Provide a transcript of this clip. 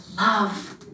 love